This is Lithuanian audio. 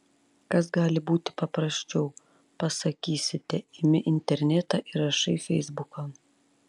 kas gali būti paprasčiau pasakysite imi internetą ir rašai feisbukan